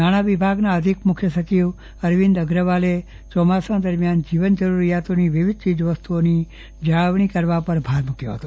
નાણા વિભાગના અધિક મુખ્ય સચિવ અરવિંદ અગ્રવાલે ચોમાસા દરમિયાન જીવન જરૂરિયાતોની વિવિધ ચીજ વસ્તુઓની જાળવણી કરવા પર ભાર મુક્યો હતો